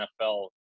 NFL